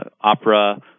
Opera